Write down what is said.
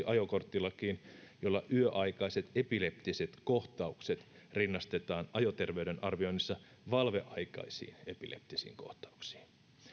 ajokorttilakiin jolla yöaikaiset epileptiset kohtaukset rinnastetaan ajoterveyden arvioinnissa valveaikaisiin epileptisiin kohtauksiin